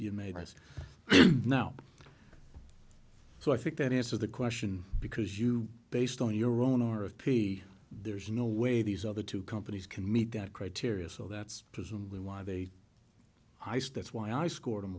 eyes now so i think that answers the question because you based on your own or of p there's no way these other two companies can meet that criteria so that's presumably why they ice that's why i scored